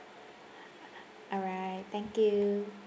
alright thank you